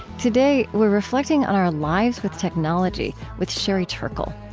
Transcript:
today, we're reflecting on our lives with technology with sherry turkle.